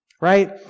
right